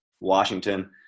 washington